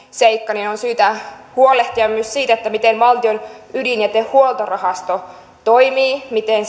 seikka niin on syytä huolehtia myös siitä miten valtion ydinjätehuoltorahasto toimii miten